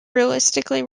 realistically